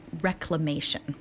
reclamation